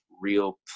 real